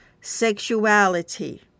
sexuality